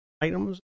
items